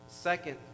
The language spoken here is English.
second